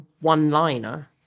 one-liner